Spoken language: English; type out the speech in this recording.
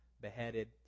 beheaded